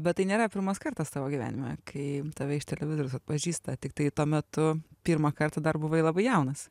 bet tai nėra pirmas kartas tavo gyvenime kai tave iš televizoriaus atpažįsta tiktai tuo metu pirmą kartą dar buvai labai jaunas